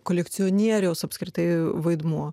kolekcionieriaus apskritai vaidmuo